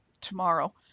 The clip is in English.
tomorrow